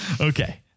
Okay